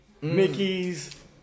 Mickey's